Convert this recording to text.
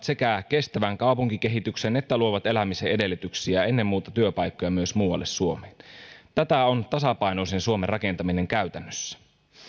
sekä mahdollistavat kestävän kaupunkikehityksen että luovat elämisen edellytyksiä ja ennen muuta työpaikkoja myös muualle suomeen tätä on tasapainoisen suomen rakentaminen käytännössä